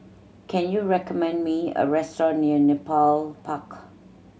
can you recommend me a restaurant near Nepal Park